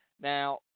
Now